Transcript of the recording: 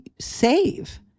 save